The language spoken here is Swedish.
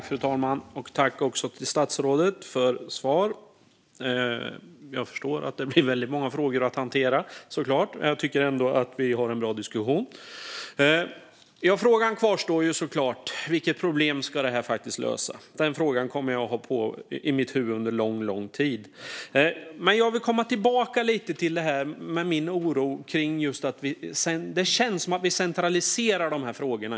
Fru talman! Jag tackar statsrådet för svar. Jag förstår att det blir väldigt många frågor att hantera. Men jag tycker att vi ändå har en bra diskussion. Frågan kvarstår såklart: Vilket problem ska detta lösa? Den frågan kommer jag att ha i mitt huvud under lång tid. Men jag vill komma tillbaka lite grann till min oro över att det känns som att vi just nu centraliserar dessa frågor.